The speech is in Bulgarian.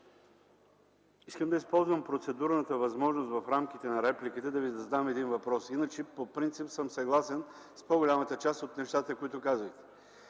искам да използвам процедурната възможност в рамките на реплика да Ви задам един въпрос. По принцип съм съгласен с по-голямата част от нещата, които казахте,